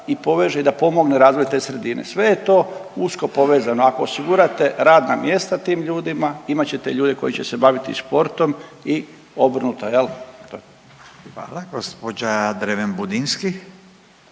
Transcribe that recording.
i poveže i pa pomogne razvoju te sredine. Sve je to usko povezano. Ako osigurate radna mjesta tim ljudima, imat ćete ljude koji će se baviti sportom i obrnuto, je li? **Radin, Furio